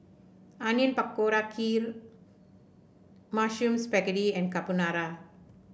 Onion Pakora Kheer Mushroom Spaghetti Carbonara